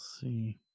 see